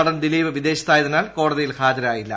നടൻ ദിലീപ് വിദേശത്തായതിനാൽ കോടതിയിൽ ഹാജരായില്ല